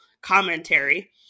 commentary